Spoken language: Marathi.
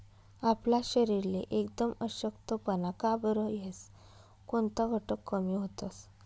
आपला शरीरले एकदम अशक्तपणा का बरं येस? कोनता घटक कमी व्हतंस?